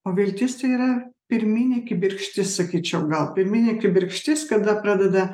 o viltis tai yra pirminė kibirkštis sakyčiau gal pirminė kibirkštis kada pradeda